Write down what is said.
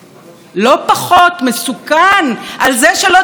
על זה שלא דחו על הסף את העתירות נגד חוק הלאום.